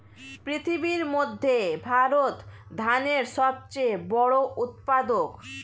পৃথিবীর মধ্যে ভারত ধানের সবচেয়ে বড় উৎপাদক